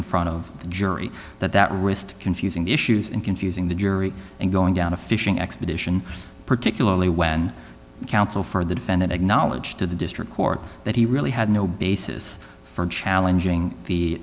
in front of the jury that that wrist confusing the issues and confusing the jury and going down a fishing expedition particularly when the counsel for the defendant acknowledged to the district court that he really had no basis for challenging the